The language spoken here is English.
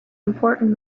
important